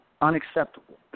unacceptable